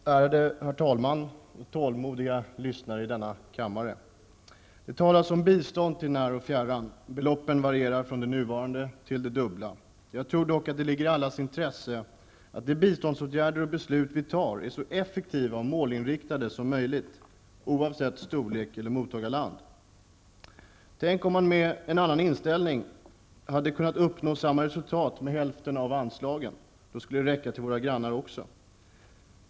Herr talman, tålmodiga lyssnare i denna kammare! Det talas om bistånd till när och fjärran. Beloppen varierar, från det som nu gäller till det dubbla. Jag tror dock att det ligger i allas intresse att de biståndsåtgärder som vi vidtar och de beslut som vi fattar är så effektiva och målinriktade som möjligt, oavsett storlek eller mottagarland. Men tänk om det med en annan inställning hade varit möjligt att uppnå samma resultat med hälften av anslagen! Då skulle medlen räcka till våra grannar också.